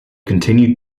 continued